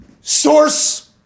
Source